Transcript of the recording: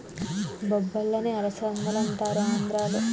బొబ్బర్లనే అలసందలంటారు ఆంద్రోళ్ళు